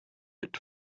bit